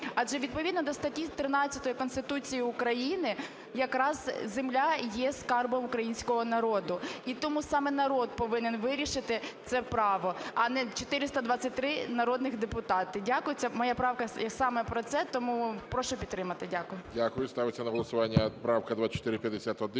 Адже відповідно до статті 13 Конституції України якраз земля є скарбом українського народу, і тому саме народ повинен вирішити це право, а не 423 народних депутати. Дякую. Моя правка саме про це, тому прошу підтримати. Дякую. ГОЛОВУЮЧИЙ. Дякую. Ставиться на голосування правка 2451